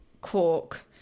Cork